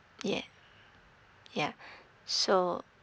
yeah yeah so